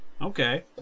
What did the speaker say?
Okay